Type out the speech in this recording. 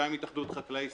גם עם התאחדות חקלאי ישראל.